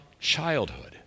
Childhood